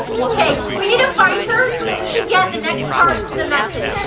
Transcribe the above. kay we need to find her, so that we can get the next part to the message.